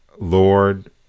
Lord